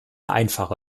einfache